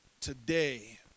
today